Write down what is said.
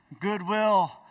goodwill